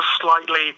slightly